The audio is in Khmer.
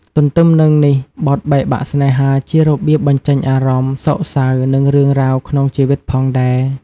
ទន្ទឹមនឹងនេះបទបែកបាក់ស្នេហាជារបៀបបញ្ចេញអារម្មណ៍សោកសៅ និងរឿងរ៉ាវក្នុងជីវិតផងដែរ។